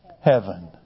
heaven